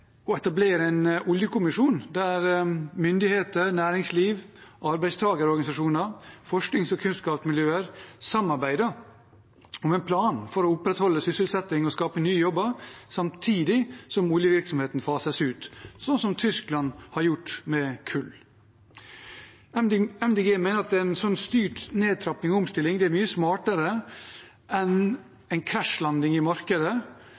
etablere en oljekommisjon, der myndigheter, næringsliv, arbeidstakerorganisasjoner og forsknings- og kunnskapsmiljøer samarbeider om en plan for å opprettholde sysselsetting og skape nye jobber samtidig som oljevirksomheten fases ut, slik Tyskland har gjort med kull. MDG mener at en slik styrt nedtrapping og omstilling er mye smartere enn en krasjlanding i markedet,